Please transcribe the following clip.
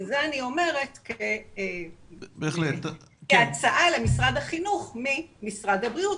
וזה אני אומרת כהצעה למשרד החינוך ממשרד הבריאות,